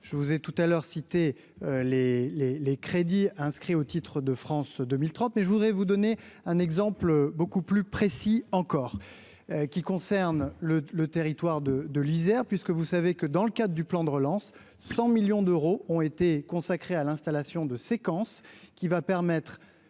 je vous ai tout à l'heure si. Les les les. Crédits inscrits au titre de France 2030, mais je voudrais vous donner un exemple, beaucoup plus précis encore, qui concerne le le territoire de de l'Isère, puisque vous savez que dans le cadre du plan de relance 100 millions d'euros ont été consacrés à l'installation de séquences qui va permettre